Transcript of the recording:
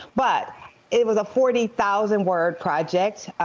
but it was a forty thousand word project,